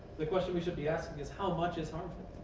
the question we should be asking is, how much is harmful?